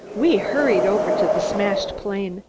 we hurried over to the smashed plane,